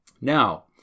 Now